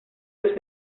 los